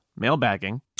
mailbagging